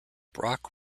brock